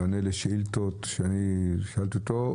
במענה לשאילתות ששאלתי אותו,